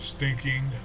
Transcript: Stinking